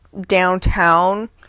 downtown